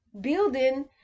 building